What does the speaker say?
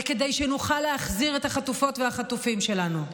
וכדי שנוכל להחזיר את החטופות והחטופים שלנו.